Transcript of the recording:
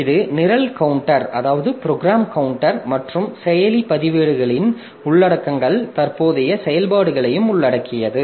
இது நிரல் கவுண்டர் மற்றும் செயலி பதிவேடுகளின் உள்ளடக்கங்கள் தற்போதைய செயல்பாடுகளையும் உள்ளடக்கியது